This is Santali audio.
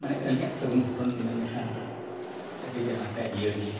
ᱢᱟᱱᱮ ᱟᱹᱞᱤᱧᱟᱜ ᱥᱟᱹᱜᱩᱱ ᱜᱷᱚᱴᱚᱱ ᱢᱮᱱ ᱞᱮᱠᱷᱟᱱ ᱟᱹᱰᱤᱜᱮ ᱱᱟᱯᱟᱭ ᱡᱤᱭᱟᱹᱲ ᱜᱮᱭᱟ